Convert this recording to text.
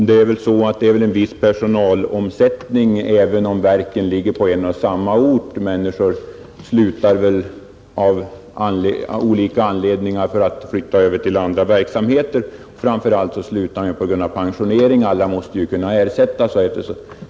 Herr talman! En viss personalomsättning förekommer väl även om verken ligger kvar på en och samma ort. De anställda slutar av olika anledningar, t.ex. för att flytta över till andra verksamheter. Framför allt slutar många på grund av pensionering. Alla dessa måste kunna ersättas.